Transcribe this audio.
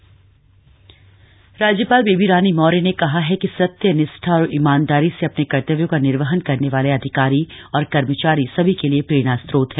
राजभवन सम्मान समारोह राज्यपाल बेबी रानी मौर्य ने कहा है कि सत्यनिष्ठा और ईमानदारी से अपने कर्तव्यों का निर्वहन करने वाले अधिकारी और कर्मचारी सभी के लिए प्रेरणास्रोत हैं